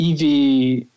EV